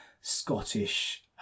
Scottish